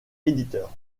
éditeur